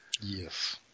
Yes